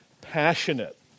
passionate